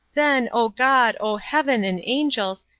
then, o god, o heaven, and angels,